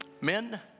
Men